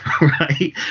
right